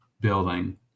building